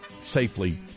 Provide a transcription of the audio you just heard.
safely